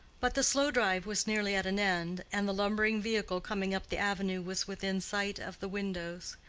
but the slow drive was nearly at an end, and the lumbering vehicle coming up the avenue was within sight of the windows.